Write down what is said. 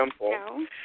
No